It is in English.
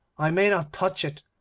i may not touch it.